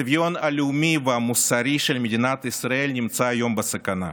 הצביון הלאומי והמוסרי של מדינת ישראל נמצא היום בסכנה.